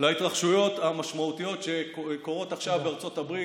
להתרחשויות המשמעותיות שקורות עכשיו בארצות הברית,